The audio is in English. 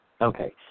Okay